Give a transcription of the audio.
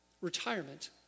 Retirement